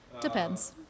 depends